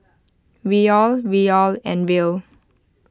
Riyal Riyal and Riel